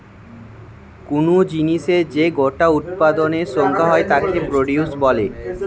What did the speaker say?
কুনো জিনিসের যে গোটা উৎপাদনের সংখ্যা হয় তাকে প্রডিউস বলে